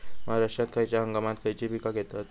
महाराष्ट्रात खयच्या हंगामांत खयची पीका घेतत?